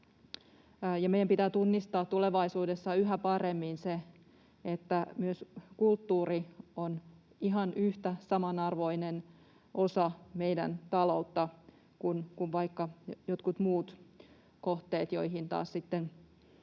meidän pitää tunnistaa tulevaisuudessa yhä paremmin se, että myös kulttuuri on ihan samanarvoinen osa meidän taloutta kuin vaikka jotkut muut kohteet, joihin taas sitten